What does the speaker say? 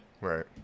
Right